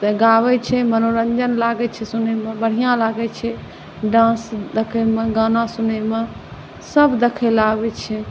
गाबैत छै मनोरंजन लागैत छै सुनैमे बढ़िआँ लागैत छै डांस देखैमे गाना सुनैमे सभ देखै लेल आबैत छै